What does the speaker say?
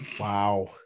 Wow